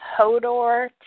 Hodor